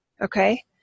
Okay